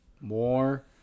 more